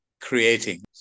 creating